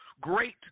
great